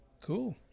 Cool